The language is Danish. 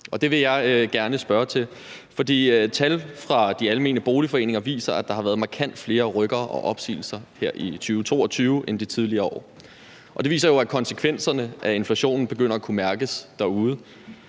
Det vil jeg gerne stille et spørgsmål om. Tal fra Danmarks Almene Boliger viser, at der har været markant flere rykkere og opsigelser her i 2022 end de tidligere år, og det viser jo, at konsekvenserne af inflationen begynder at kunne mærkes derude,